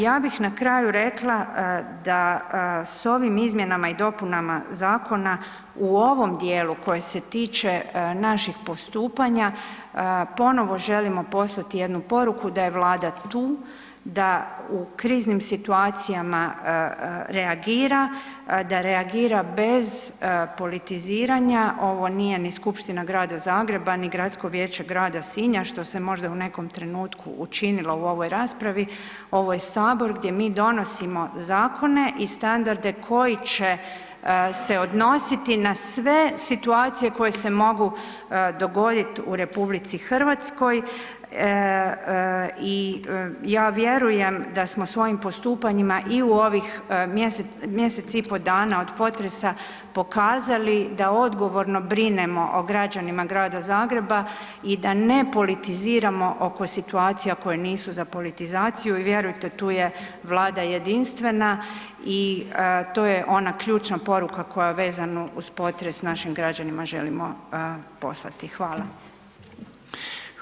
Ja bih na kraju rekla da s ovim izmjenama i dopunama zakona u ovom dijelu koji se tiče naših postupanja ponovo želimo poslati jednu poruku da je Vlada tu, da u kriznim situacijama reagira, da reagira bez politiziranja, ovo nije ni Skupština Grada Zagreba, ni Gradsko vijeće grada Sinja, što se možda u nekom trenutku učinilo u ovoj raspravi, ovo je sabor gdje mi donosimo zakone i standarde koji će se odnositi na sve situacije koje se mogu dogodit u RH i ja vjerujem da smo svojim postupanjima i u ovih mjesec i po dana od potresa pokazali da odgovorno brinemo o građanima Grada Zagreba i da ne politiziramo oko situacija koje nisu za politizaciju i vjerujte tu je Vlada jedinstvena i to je ona ključna poruka koja je vezano uz potres našim građanima želimo poslati.